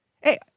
Hey